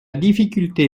difficulté